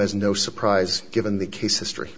as no surprise given the case history